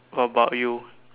about you